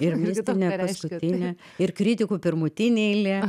ir mistinė paskutinė ir kritikų pirmutinė eilė